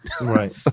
Right